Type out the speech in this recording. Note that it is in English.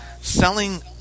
selling